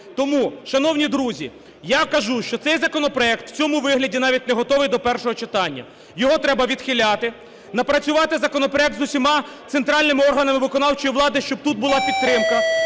Тому, шановні друзі, я кажу, що цей законопроект в цьому вигляді навіть не готовий до першого читання, його треба відхиляти. Напрацювати законопроект з усіма центральними органами виконавчої влади, щоб тут була підтримка,